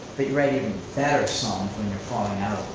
but you write even better songs when you're falling out of